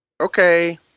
Okay